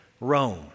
Rome